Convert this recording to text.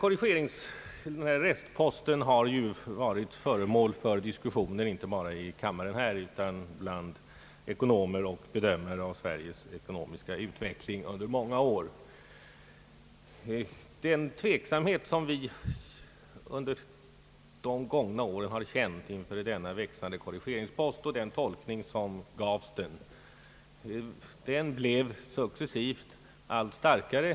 Restposten har ju varit föremål för diskussioner inte bara här i kammaren utan bland ekonomer och bedömare av Sveriges ekonomiska utveckling under många år. Den tveksamhet som vi under de gångna åren har känt inför denna växande korrigeringspost och den tolkning som den gavs blev successivt allt starkare.